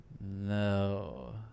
No